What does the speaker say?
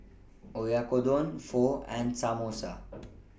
Oyakodon Pho and Samosa